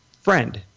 friend